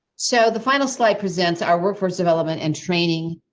so the final slide presents our workforce development and training.